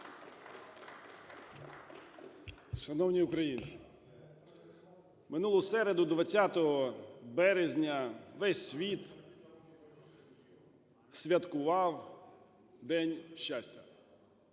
Шановні українці, в минулу середу, 20 березня, весь світ святкував День щастя.